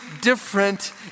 different